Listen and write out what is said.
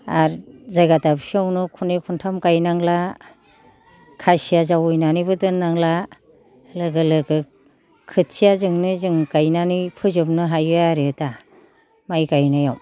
आरो जायगा दाबसिआवनो खुननै खुनथाम गायनांला खासिया जावैनानैबो दोननांला लोगो लोगो खोथियाजोंनो जों गायनानै फोजोबनो हायो आरो दा माय गायनायाव